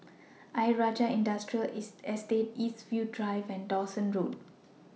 Ayer Rajah Industrial Estate Eastwood Drive and Dawson Road